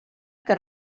que